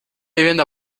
vivienda